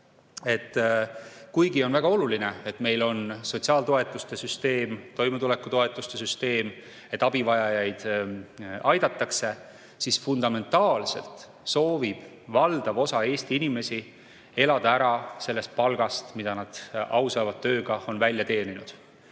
Kuigi on väga oluline, et meil on sotsiaaltoetuste süsteem, toimetulekutoetuste süsteem ja abivajajaid aidatakse, siis fundamentaalselt soovib valdav osa Eesti inimesi ära elada sellest palgast, mille nad ausa tööga on välja teeninud.